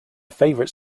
favorite